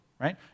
right